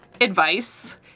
advice